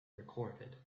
recorded